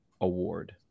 Award